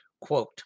Quote